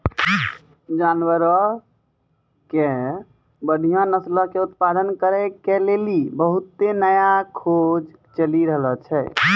जानवरो के बढ़िया नस्लो के उत्पादन करै के लेली बहुते नया खोज चलि रहलो छै